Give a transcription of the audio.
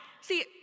See